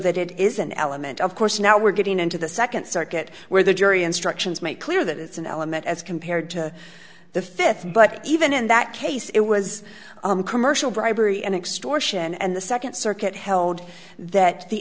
that it is an element of course now we're getting into the second circuit where the jury instructions make clear that it's an element as compared to the fifth but even in that case it was a commercial bribery and extortion and the second circuit held that the